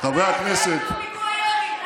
חברי הכנסת, היה אתמול פיגוע ירי.